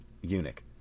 eunuch